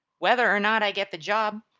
whether or not i get the job,